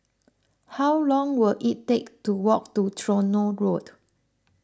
how long will it take to walk to Tronoh Road